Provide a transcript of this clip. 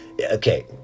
Okay